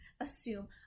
assume